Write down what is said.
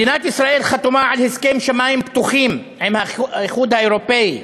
מדינת ישראל חתומה על הסכם שמים פתוחים עם האיחוד האירופי,